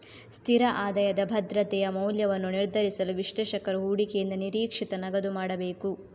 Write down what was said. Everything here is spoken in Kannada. ಸ್ಥಿರ ಆದಾಯದ ಭದ್ರತೆಯ ಮೌಲ್ಯವನ್ನು ನಿರ್ಧರಿಸಲು, ವಿಶ್ಲೇಷಕರು ಹೂಡಿಕೆಯಿಂದ ನಿರೀಕ್ಷಿತ ನಗದು ಮಾಡಬೇಕು